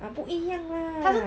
uh 不一样 lah